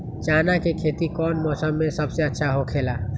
चाना के खेती कौन मौसम में सबसे अच्छा होखेला?